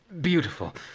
beautiful